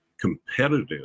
competitive